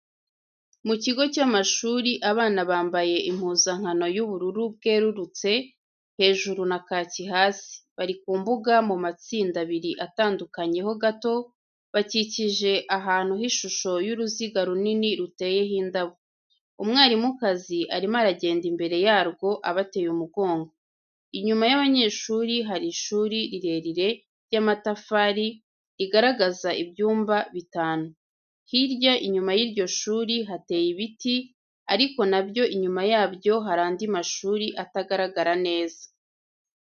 Mu kigo cy'amashuri abana bambaye impuzankano y'ubururu bwerurutse hejuru na kaki hasi, bari ku mbuga mu matsinda abiri atandukanyeho gato, bakikije ahantu h'ishusho y'uruziga runini ruteyeho indabo. Umwarimukazi arimo aragenda imbere yarwo abateye umugongo. Inyuma y'abanyeshuri hari ishuri rirerire ry'amatafari rigaragaza ibyumba bitanu. Hirya inyuma y'iryo shuri hateye ibiti ariko na byo inyuma yabyo hari andi mashuri atagaragara neza.